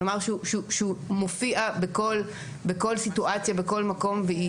הוא מופיע בכל סיטואציה ובכל מקום והיא